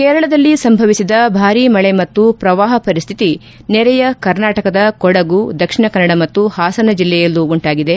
ಕೇರಳದಲ್ಲಿ ಸಂಭವಿಸಿದ ಭಾರಿ ಮಳೆ ಮತ್ತು ಪ್ರವಾಹ ಪರಿಸ್ಥಿತಿ ನೆರೆಯ ಕರ್ನಾಟಕದ ಕೊಡಗು ದಕ್ಷಿಣ ಕನ್ನಡ ಮತ್ತು ಹಾಸನ ಜಿಲ್ಲೆಯಲ್ಲೂ ಉಂಟಾಗಿದೆ